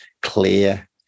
clear